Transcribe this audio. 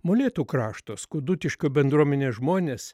molėtų krašto skudutiškio bendruomenės žmonės